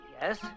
yes